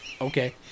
Okay